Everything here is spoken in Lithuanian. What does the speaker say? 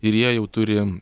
ir jie jau turi